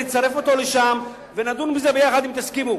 לצרף את החוק הזה לשם, ונדון בזה ביחד, אם תסכימו.